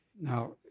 now